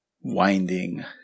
winding